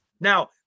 Now